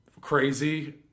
crazy